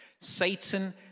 Satan